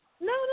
No